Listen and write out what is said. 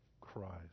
Christ